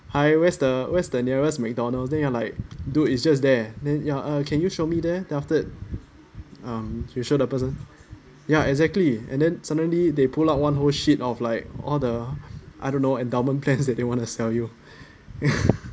hi where's the where's the nearest mcdonald's then you are like dude it's just there then ya can you show me there then after that um you show the person ya exactly and then suddenly they pull out one whole sheet of like all the I don't know endowment plans that they want to sell you